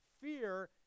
Fear